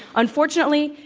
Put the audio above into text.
unfortunately,